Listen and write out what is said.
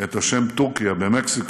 את השם טורקיה במקסיקו,